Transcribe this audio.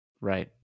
Right